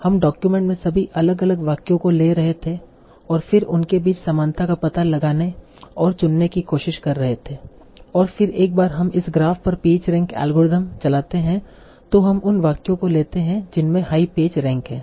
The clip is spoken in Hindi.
हम डॉक्यूमेंट में सभी अलग अलग वाक्यों को ले रहे थे और फिर उनके बीच समानता का पता लगाने और चुनने की कोशिश कर रहे थे और फिर एक बार हम इस ग्राफ पर पेज रैंक एल्गोरिथ्म चलाते हैं तो हम उन वाक्यों को लेते हैं जिनमें हाई पेज रैंक है